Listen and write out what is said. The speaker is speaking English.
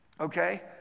Okay